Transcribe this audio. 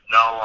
no